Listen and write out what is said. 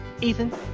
ethan